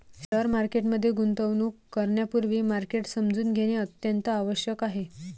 share market मध्ये गुंतवणूक करण्यापूर्वी मार्केट समजून घेणे अत्यंत आवश्यक आहे